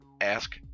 Ask